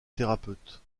thérapeute